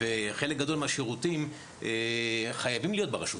וחלק גדול מהשירותים, חייבים להיות ברשות,